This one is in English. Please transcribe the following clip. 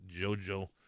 JoJo